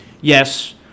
yes